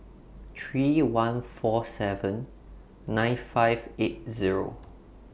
three one four seven nine five eight Zero